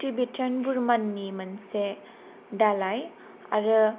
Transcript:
टिबेटियान बोरमोननि मोनसे दालाय आरो